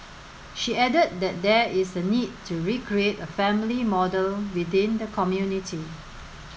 she added that there is a need to recreate a family model within the community